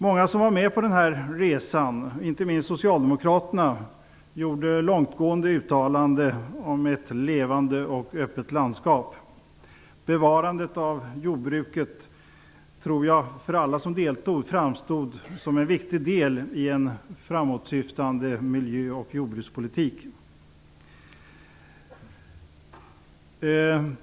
Många som var med på den här resan, inte minst socialdemokraterna, gjorde långtgående uttalanden om ett levande och öppet landskap. Bevarandet av jordbruket tror jag för alla som deltog framstod som en viktig del i en framåtsyftande miljö och jordbrukspolitik.